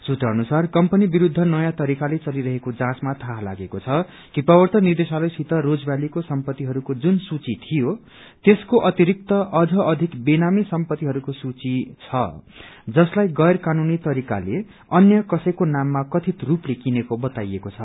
सूत्र अनुसार कम्पनी विरूद्ध नयाँ तरिकाले चलिरहेको जाँचमा थाहा लागेको छ कि प्रवर्तन निदेशालयसित रोजभ्यालीको सम्पतीहरूको जुन सूची थियो त्यसको अतिरिक्त अझ अधिक बेनामी सम्पतिहस्को सूची छ जसलाई गैर कानूनी तरिकाले अन्य कसैको नाममा कथित रूपले किनेको बताइएको छ